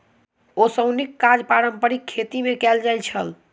ओसौनीक काज पारंपारिक खेती मे कयल जाइत छल